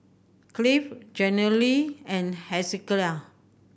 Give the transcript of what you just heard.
Cleve Jenilee and Hezekiah